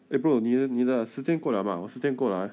eh bro 你的你的时间过 liao mah 我时间过 liao eh